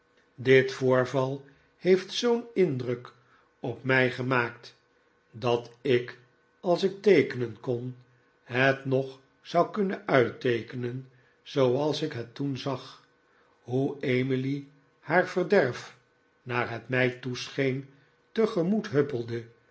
dit voorval heeft zoo'n indruk op mij gemaakt dat ik als ik teekenen kon het nog zou kunnen uitteekenen zooals ik het toen zag hoe emily haar verderf naar het mij toescheen tegemoet huppelde